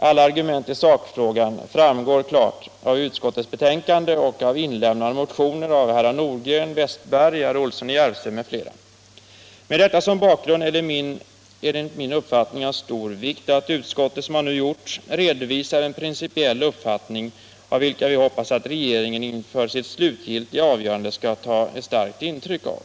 Alla argument i sakfrågan framgår klart av utskottets betänkande och av motioner inlämnade av herrar Nordgren, Westberg i Ljusdal, Olsson i Järvsö m.fl. Med detta som bakgrund är det enligt — Nr 107 min uppfattning av stor vikt att utskottet —som man nu gjort — redovisar en principiell uppfattning, vilken vi hoppas att regeringen inför sitt slutgiltiga avgörande skall ta starkt intryck av.